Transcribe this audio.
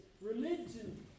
religion